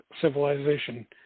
civilization